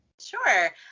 Sure